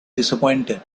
disappointed